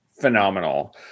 phenomenal